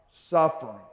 suffering